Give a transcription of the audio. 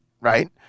right